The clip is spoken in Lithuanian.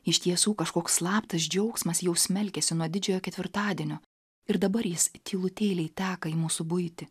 iš tiesų kažkoks slaptas džiaugsmas jau smelkiasi nuo didžiojo ketvirtadienio ir dabar jis tylutėliai teka į mūsų buitį